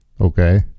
okay